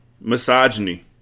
misogyny